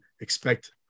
expect